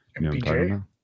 MPJ